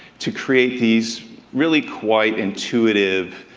to create these really quite intuitive,